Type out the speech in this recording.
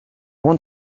want